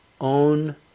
own